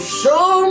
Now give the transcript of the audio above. show